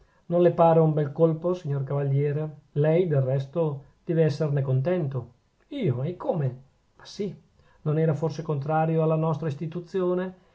non le pare un bel colpo signor cavaliere lei del resto deve esserne contento io e come ma sì non era forse contrario alla nostra istituzione